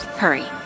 hurry